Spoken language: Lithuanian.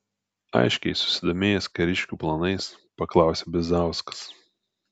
aiškiai susidomėjęs kariškių planais paklausė bizauskas